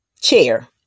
chair